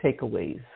takeaways